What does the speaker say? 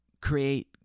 create